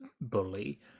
bully